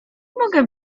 mogę